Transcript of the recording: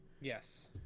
Yes